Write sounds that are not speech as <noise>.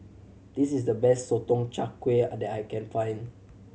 this is the best Sotong Char Kway <unintelligible> that I can find